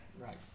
Right